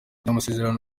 amasezerano